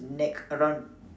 neck around